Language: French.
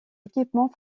équipements